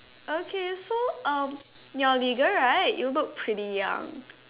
okay so um you're legal right you look pretty young